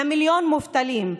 על מיליון מובטלים,